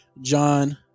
John